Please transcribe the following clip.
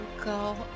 Go